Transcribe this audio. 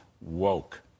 woke